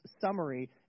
summary